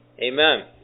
Amen